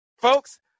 Folks